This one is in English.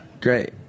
great